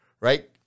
right